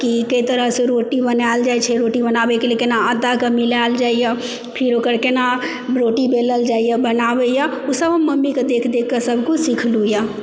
की कई तरहसँ रोटी बनायल जाइ छै रोटी बनाबयके लेल केना आटाके मिलायल जाइया फिर ओकर केना रोटी बेलल जाइया बनाबैया ओ सब हम मम्मीके देख देख कऽसब कुछ सिखलु यऽ